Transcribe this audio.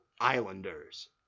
Islanders